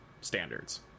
standards